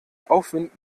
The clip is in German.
aufwind